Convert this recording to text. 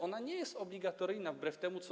Ona nie jest obligatoryjna, wbrew temu, co.